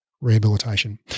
Rehabilitation